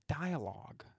dialogue